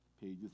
Pages